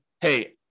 hey